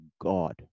God